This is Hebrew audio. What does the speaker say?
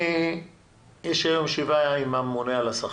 לי יש היום ישיבה עם הממונה על השכר,